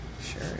Sure